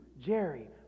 Jerry